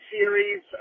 series